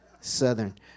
Southern